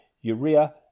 urea